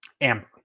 Amber